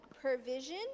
provision